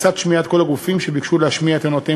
ולצד שמיעת כל הגופים שביקשו להשמיע את טענותיהם